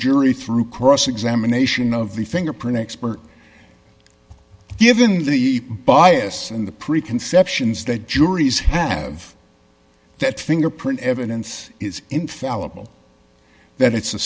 jury through cross examination of the fingerprint expert given the bias in the preconceptions that juries have that fingerprint evidence is infallible that it's a